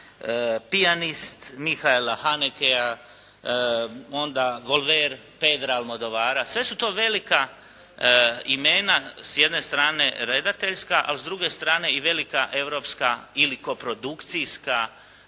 "Pijanist" Michaela Hanekea, onda "Volver" Pedra Almodovara. Sve su to velika imena s jedne strane redateljska a s druge strane i velika europska ili koprodukcijska